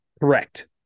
Correct